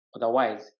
Otherwise